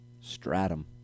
Stratum